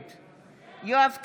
נגד יואב קיש,